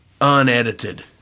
unedited